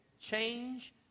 Change